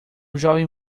jovem